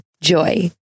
Joy